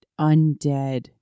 undead